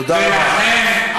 תודה רבה.